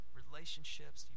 relationships